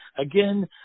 Again